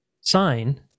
sign